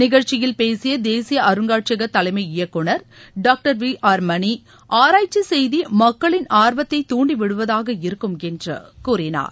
நிகழ்ச்சியில் பேசிய தேசிய அருங்காட்சியக தலைமை இயக்குநர் டாக்டர் வி ஆர் மணி ஆராய்ச்சி செய்தி மக்களின் ஆர்வத்தை தூண்டிவிடுவதாக இருக்கும் என்று கூறினார்